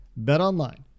BetOnline